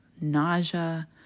nausea